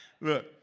Look